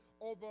over